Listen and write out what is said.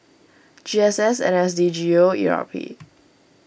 G S S N S D G O E R P